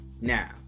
now